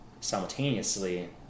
Simultaneously